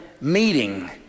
meeting